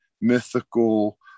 mythical